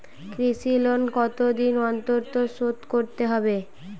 কৃষি লোন কতদিন অন্তর শোধ করতে হবে?